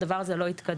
הדבר הזה לא יתקדם,